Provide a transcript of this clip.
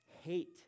hate